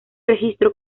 registro